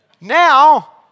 Now